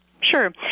Sure